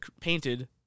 painted